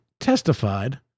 testified